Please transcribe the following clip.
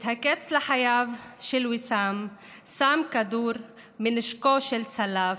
את הקץ לחייו של ויסאם שם כדור מנשקו של צלף,